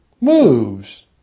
moves